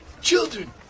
children